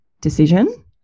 decision